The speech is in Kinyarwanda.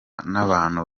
n’abantu